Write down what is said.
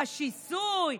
השיסוי,